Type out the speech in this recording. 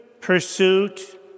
pursuit